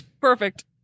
Perfect